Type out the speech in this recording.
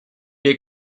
est